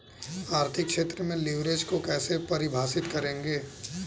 आर्थिक क्षेत्र में लिवरेज को कैसे परिभाषित करेंगे?